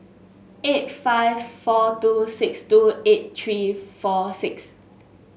eight five four two six two eight three four six